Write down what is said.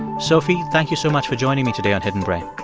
sophie, thank you so much for joining me today on hidden brain oh,